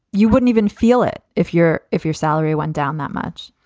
you wouldn't even feel it if your if your salary went down that much